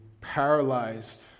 paralyzed